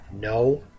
No